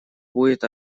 будет